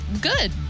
Good